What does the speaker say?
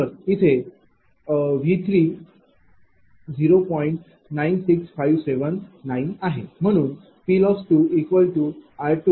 तर इथे V 0